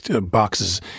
boxes